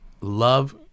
love